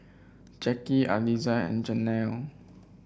Jacky Aliza and Janell